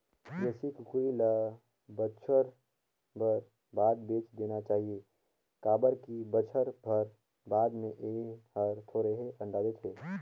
देसी कुकरी ल बच्छर भर बाद बेच देना चाही काबर की बच्छर भर बाद में ए हर थोरहें अंडा देथे